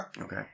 Okay